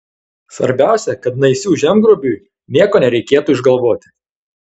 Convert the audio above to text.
svarbiausia kad naisių žemgrobiui nieko nereikėtų išgalvoti